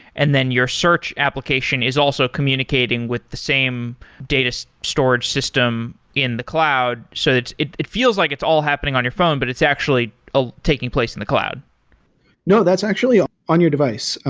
and then your search application is also communicating with the same data so storage system in the cloud. so it it feels like it's all happening on your phone, but it's actually ah taking place in the cloud no, that's actually ah on your device.